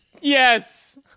yes